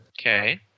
Okay